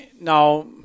Now